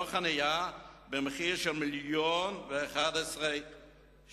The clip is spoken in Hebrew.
חנייה במחיר של 1.110 מיליון שקלים".